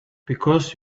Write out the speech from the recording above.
because